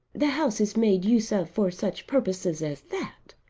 the house is made use of for such purposes as that!